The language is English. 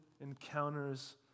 encounters